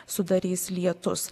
sudarys lietus